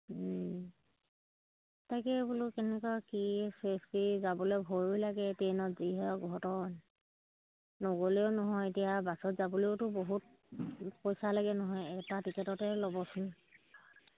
তাকে বোলো কেনেকুৱা কি চেফটি যাবলৈ ভয়ো লাগে ট্ৰেইনত যিহে অঘটন নগ'লেও নহয় এতিয়া বাছত যাবলৈওতো বহুত পইচা লাগে নহয় এটা টিকেটতে ল'বচোন